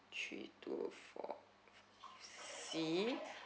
three two four C